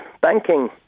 banking